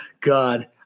God